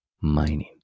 mining